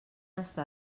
estar